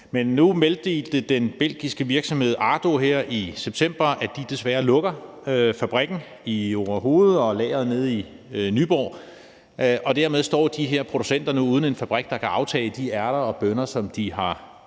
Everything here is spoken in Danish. Men nu meddelte den belgiske virksomhed Ardo her i september, at de desværre lukker fabrikken i Orehoved og lageret nede i Nyborg, og dermed står de her producenter nu uden en fabrik, der kan aftage de ærter og bønner, som de har